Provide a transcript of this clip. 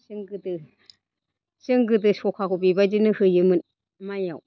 जों गोदो सखाखौ बेबायदिनो होयोमोन माइआव